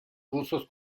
rusos